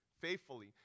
faithfully